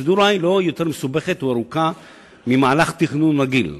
הפרוצדורה היא לא יותר מסובכת או ארוכה ממהלך תכנון רגיל.